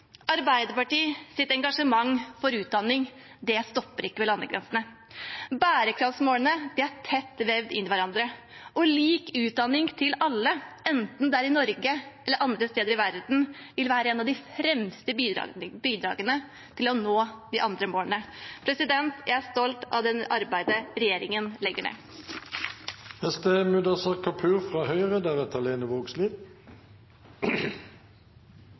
engasjement for utdanning stopper ikke ved landegrensene. Bærekraftsmålene er tett vevd inn i hverandre, og god utdanning til alle, enten det er i Norge eller andre steder i verden, vil være et av de fremste bidragene til å nå de andre målene. Jeg er stolt av det arbeidet regjeringen legger